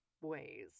ways